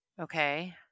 okay